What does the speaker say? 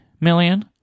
million